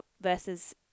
versus –